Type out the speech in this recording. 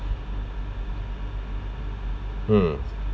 mm